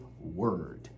word